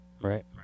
Right